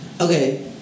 Okay